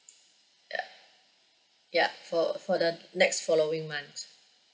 ya ya for for the next following month